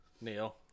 Neil